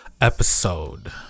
episode